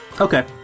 Okay